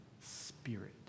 spirit